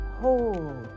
hold